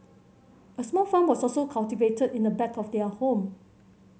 a small farm was also cultivated in the back of their home